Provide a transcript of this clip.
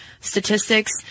statistics